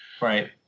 Right